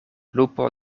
lupo